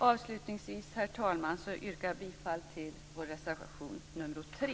Avslutningsvis, herr talman, yrkar jag bifall till vår reservation nr 3.